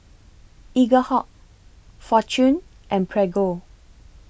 Eaglehawk Fortune and Prego